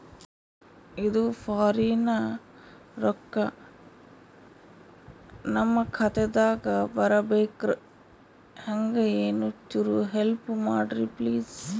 ಇದು ಫಾರಿನ ರೊಕ್ಕ ನಮ್ಮ ಖಾತಾ ದಾಗ ಬರಬೆಕ್ರ, ಹೆಂಗ ಏನು ಚುರು ಹೆಲ್ಪ ಮಾಡ್ರಿ ಪ್ಲಿಸ?